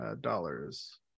dollars